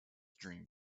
dream